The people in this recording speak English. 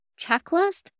checklist